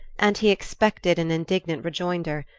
and he expected an indignant rejoinder.